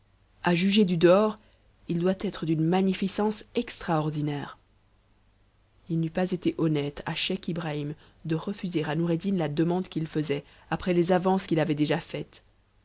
à juger du dehors il doit être d'une magnificence extraordinaire ii n'eût pas été honnête à scheich ibrahim de refuser à noureddiu h demande qu'il faisait après les avances qu'il avait déjà faites